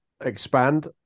expand